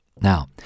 Now